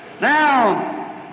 Now